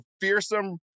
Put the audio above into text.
fearsome